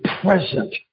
present